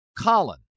Colin